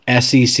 SEC